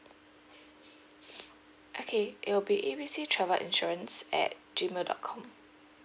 okay it will be A B C travel insurance at G mail dot com